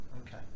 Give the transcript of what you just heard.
Okay